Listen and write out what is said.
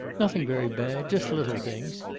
nothing very bad. just little things.